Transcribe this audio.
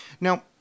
Now